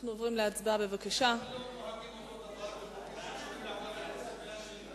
למה לא נוהגים אותו הדבר בחוקים שקשורים לעבודת הכנסת,